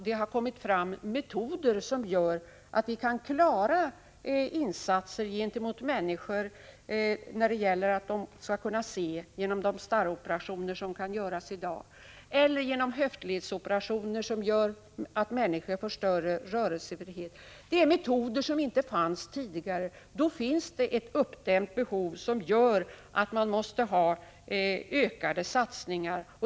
Det har kommit fram metoder som gör att vi genom insatser i form av de starroperationer eller höftoperationer som kan utföras i dag kan ge människor möjlighet att se eller ge dem större rörelsefrihet. Dessa metoder existerade inte tidigare. Därför finns det ett uppdämt behov, som gör att det måste till ökade satsningar.